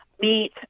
meet